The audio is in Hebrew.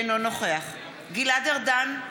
אינו נוכח גלעד ארדן,